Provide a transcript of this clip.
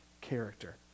character